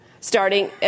starting